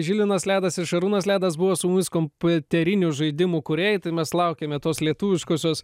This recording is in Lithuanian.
žilinas ledas ir šarūnas ledas buvo su mumis kompiuterinių žaidimų kūrėjai tai mes laukiame tos lietuviškosios